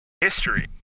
history